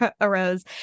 arose